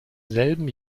selben